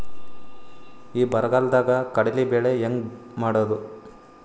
ಈ ಬರಗಾಲದಾಗ ಕಡಲಿ ಬೆಳಿ ಹೆಂಗ ಮಾಡೊದು?